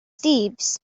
thieves